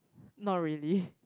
not really